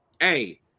hey